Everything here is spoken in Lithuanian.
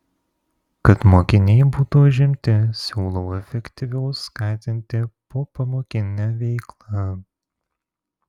kad mokiniai būtų užimti siūlau efektyviau skatinti popamokinę veiklą